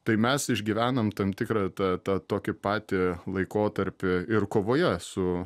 tai mes išgyvenam tam tikrą tą tą tokį patį laikotarpį ir kovoje su